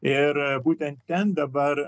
ir būtent ten dabar